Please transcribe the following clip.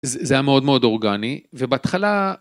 זה היה מאוד מאוד אורגני, ובהתחלה...